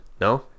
No